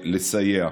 לסייע.